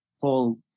Paul